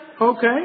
okay